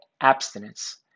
abstinence